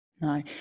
No